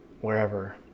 wherever